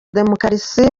demokarasi